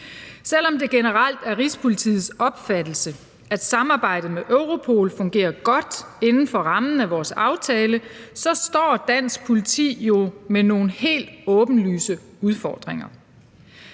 Selv om det generelt er Rigspolitiets opfattelse, at samarbejdet med Europol fungerer godt inden for rammen af vores aftale, står dansk politi jo med nogle helt åbenlyse udfordringer.